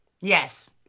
yes